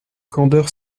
candeur